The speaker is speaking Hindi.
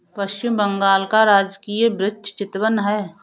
पश्चिम बंगाल का राजकीय वृक्ष चितवन है